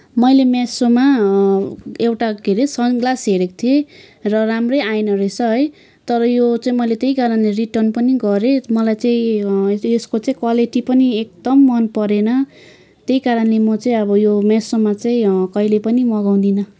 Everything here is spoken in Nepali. मैले मेसोमा एउटा के अरे सनग्लास हेरेको थिएँ र राम्रो आएन रहेछ है तर यो चाहिँ मैले त्यही कारणले रिटर्न पनि गरेँ मलाई चाहिँ यस्को चाहिँ क्वालिटी पनि एकदम मन परेन त्यही कारणले म चाहिँ अब यो मेसोमा चाहिँ कहिल्यै पनि मगाउँदिन